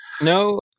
No